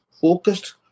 focused